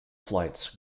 flights